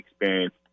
experience